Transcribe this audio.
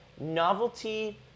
Novelty